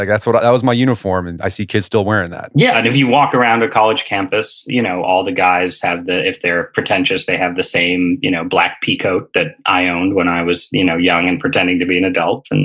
like that sort of that was my uniform, and i see kids still wearing that yeah, and if you walk around a college campus you know all the guys have the, if they're pretentious, they have the same you know black p-coat that i owned when i was you know young and pretending to be an adult. and